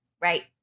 Right